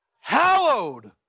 hallowed